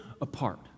apart